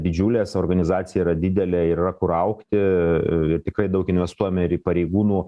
didžiulės organizacija yra didelė ir yra kur augti ir tikrai daug investuojame ir į pareigūnų